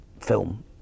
film